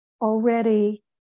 already